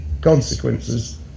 consequences